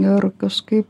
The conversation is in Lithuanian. ir kažkaip